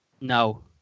No